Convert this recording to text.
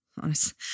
honest